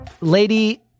Lady